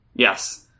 Yes